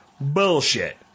Bullshit